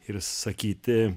ir sakyti